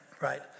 Right